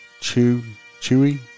Chewy